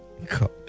God